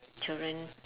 children